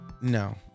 No